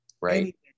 right